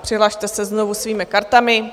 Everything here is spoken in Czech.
Přihlaste se znovu svými kartami.